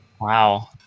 Wow